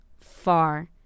far